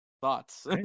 Thoughts